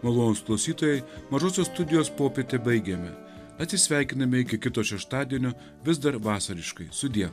malonūs klausytojai mažosios studijos popietę baigėme atsisveikiname iki kito šeštadienio vis dar vasariškai sudie